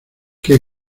que